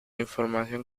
información